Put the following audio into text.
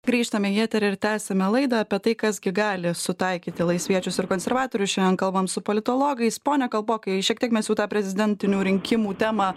grįžtame į eterį ir tęsiame laidą apie tai kas gi gali sutaikyti laisviečius ir konservatorius šiandien kalbam su politologais ponia kalpokai šiek tiek mes jau tą prezidentinių rinkimų temą